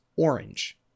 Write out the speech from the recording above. Orange